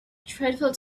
dreadful